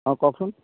অঁ কওকচোন